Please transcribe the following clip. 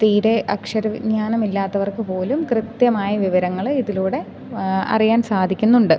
തീരെ അക്ഷര വിജ്ഞാനമില്ലാത്തവർക്കു പോലും കൃത്യമായ വിവരങ്ങൾ ഇതിലൂടെ അറിയാൻ സാധിക്കുന്നുണ്ട്